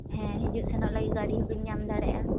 ᱦᱮᱸ ᱦᱤᱡᱩᱜ ᱥᱮᱱᱚᱜ ᱞᱟᱹᱜᱤᱫ ᱜᱟᱹᱰᱤ ᱦᱚᱸᱵᱤᱱ ᱧᱟᱢ ᱫᱟᱲᱮᱭᱟᱜᱼᱟ